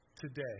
today